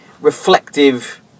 reflective